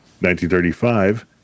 1935